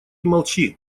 молчи